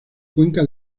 cuenca